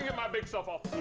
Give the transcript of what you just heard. yeah my big self off